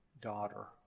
daughter